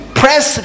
press